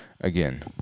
again